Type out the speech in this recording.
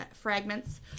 fragments